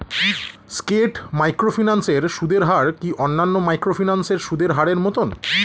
স্কেট microfinance এর সুদের হার কি অন্যান্য মাইক্রোফিন্যান্স এর সুদের হারের মতন?